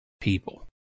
people